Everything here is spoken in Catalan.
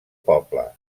poble